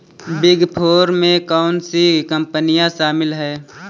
Big four में कौन सी कंपनियाँ शामिल हैं?